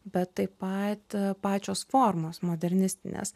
bet taip pat pačios formos modernistinės